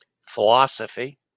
philosophy